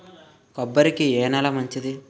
కొబ్బరి కి ఏ నేల మంచిది?